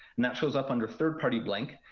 and that shows up under third party blink.